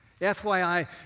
FYI